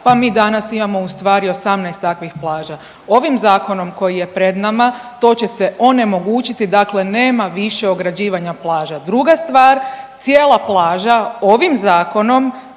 pa mi danas imamo u stvari 18 takvih plaža. Ovim zakonom koji je pred nama to će se onemogućiti, dakle nema više ograđivanja plaža. Druga stvar cijela plaža ovim zakonom